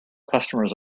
customers